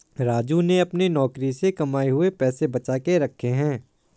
राजू ने अपने नौकरी से कमाए हुए पैसे बचा के रखे हैं